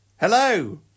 Hello